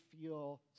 feel